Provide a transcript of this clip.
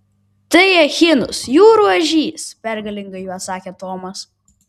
tai echinus jūrų ežys pergalingai atsakė tomas